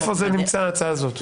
איפה ההצעה הזו נמצאת?